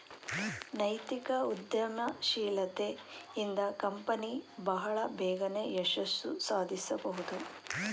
ನೈತಿಕ ಉದ್ಯಮಶೀಲತೆ ಇಂದ ಕಂಪನಿ ಬಹಳ ಬೇಗನೆ ಯಶಸ್ಸು ಸಾಧಿಸಬಹುದು